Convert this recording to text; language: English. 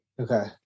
Okay